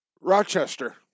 Rochester